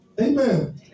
Amen